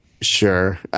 Sure